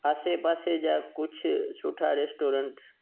आसे पासे जा कुझु सुठा रेस्टोरेंट